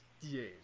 Yes